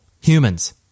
humans